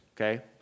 okay